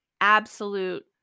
absolute